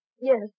Yes